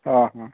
हां हं